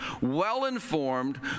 well-informed